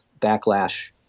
backlash